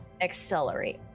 accelerate